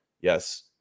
Yes